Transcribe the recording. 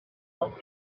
out